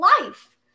life